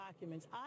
documents